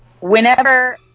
whenever